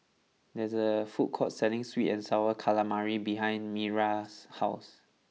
there is a food court selling Sweet and Sour Calamari behind Miriah's house